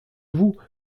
vous